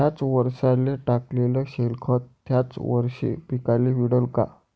थ्याच वरसाले टाकलेलं शेनखत थ्याच वरशी पिकाले मिळन का?